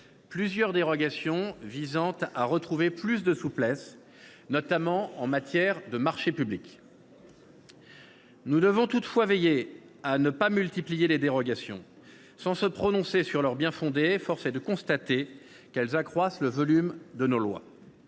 plusieurs dérogations visant à retrouver plus de souplesse, notamment en matière de marchés publics. Nous devons toutefois veiller à ne pas multiplier les dérogations. Sans nous prononcer sur leur bien fondé, force est de constater qu’elles accroissent le volume de nos lois.